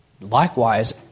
Likewise